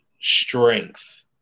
strength